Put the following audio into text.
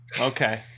Okay